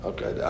Okay